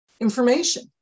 information